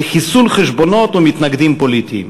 לחיסול חשבונות או מתנגדים פוליטיים.